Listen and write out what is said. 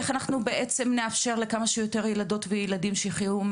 איך נאפשר לכמה שיותר ילדות וילדים שיחיו עם